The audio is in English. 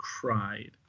cried